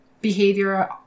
behavior